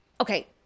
okay